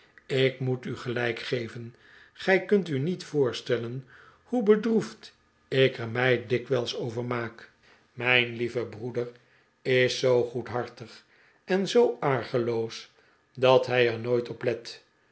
ik moet u gelijk geven gij kunt u niet voorstellen hoe bedroefd ik er mij dikwijls over maak mijn lieve breeder is zoo goedhartig en zoo argeloos dat hij er nooit op let